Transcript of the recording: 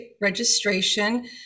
registration